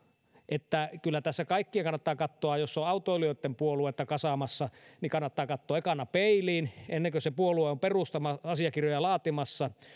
että kyllä tässä kaikkien kannattaa jos on autoilijoitten puoluetta kasaamassa katsoa ekana peiliin ennen kuin se puolue on perustamisasiakirjoja laatimassa